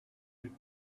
would